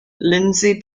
lindsey